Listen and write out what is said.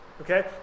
Okay